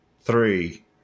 Three